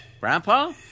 Grandpa